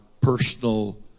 personal